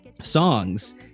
songs